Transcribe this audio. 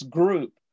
group